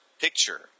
picture